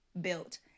built